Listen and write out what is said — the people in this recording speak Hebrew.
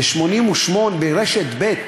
ברשת ב'.